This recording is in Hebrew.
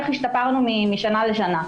איך השתפרנו משנה לשנה.